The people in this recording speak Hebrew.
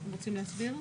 " אתם רוצים להסביר?